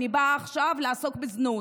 אני עכשיו אעסוק בזנות.